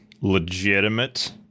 legitimate